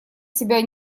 себя